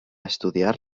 estudiar